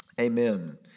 Amen